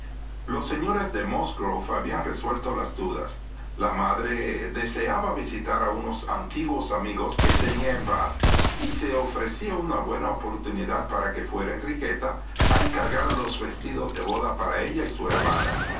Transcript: los señores de musgrove habían resuelto las dudas la madre deseaba visitar a unos antiguos amigos que tenía en bath y se ofrecía una buena oportunidad para que fuera enriqueta a encargar los vestidos de boda para ella y su hermana